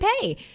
pay